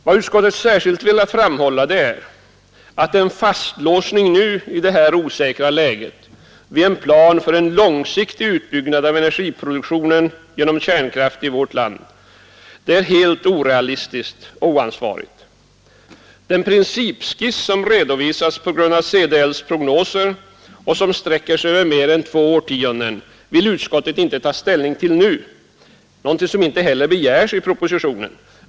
Vad utskottet särskilt velat framhålla är att en fastlåsning nu, i detta osäkra läge, vid en plan för långsiktig utbyggnad av energiproduktionen genom kärnkraft i vårt land är helt orealistisk och oansvarig. Den principskiss som redovisats på grund av CDL:s prognoser och som sträcker sig över mer än två årtionden vill utskottet inte ta ställning till nu, något som inte heller begärs i propositionen.